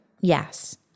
Yes